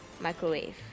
Microwave